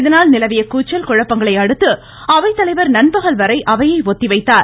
இதனால் நிலவிய கூச்சல் குழப்பங்களை அடுத்து அவைத்தலைவர் நண்பகல் வரை அவையை ஒத்திவைத்தார்